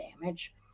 damage